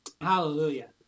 Hallelujah